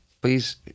Please